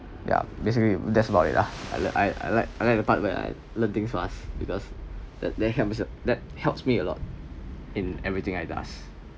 ya basically that's about it lah I like I I like I like the part where I learning fast because that that helps me that helps me a lot in everything I does